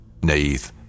Naith